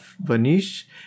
Vanish